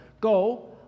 Go